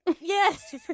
Yes